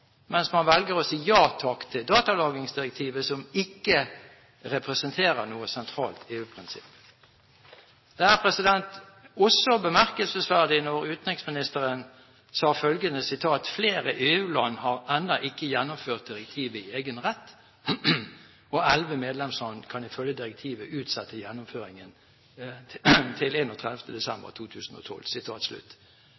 mens man velger å si ja takk til datalagringsdirektivet, som ikke representerer noe sentralt EU-prinsipp. Det er også bemerkelsesverdig at utenriksministeren sa følgende: «Flere EU-land har ennå ikke gjennomført direktivet i egen rett, og elleve medlemsland kan ifølge direktivet utsette gjennomføringen fram til